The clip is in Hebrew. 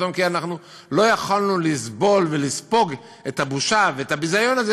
כי אנחנו לא יכולנו לסבול ולספוג את הבושה ואת הביזיון הזה,